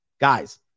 Guys